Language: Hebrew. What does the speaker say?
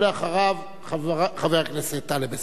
אחריו, חבר הכנסת טלב אלסאנע,